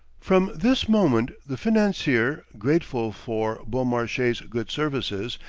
from this moment the financier, grateful for beaumarchais' good services,